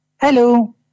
Hello